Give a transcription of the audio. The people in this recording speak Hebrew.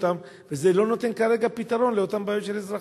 וזה לא נותן כרגע פתרון לאותן בעיות של אזרחים.